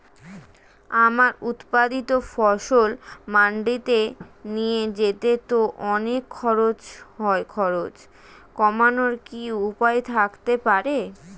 আমার উৎপাদিত ফসল মান্ডিতে নিয়ে যেতে তো অনেক খরচ হয় খরচ কমানোর কি উপায় থাকতে পারে?